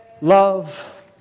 love